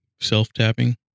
Self-tapping